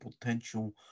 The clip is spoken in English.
potential